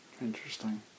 Interesting